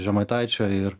žemaitaičio ir